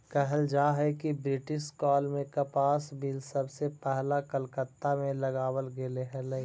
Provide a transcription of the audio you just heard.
कहल जा हई कि ब्रिटिश काल में कपास मिल सबसे पहिला कलकत्ता में लगावल गेले हलई